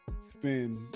spin